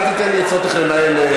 כי פנו אליו באופן אישי,